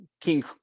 king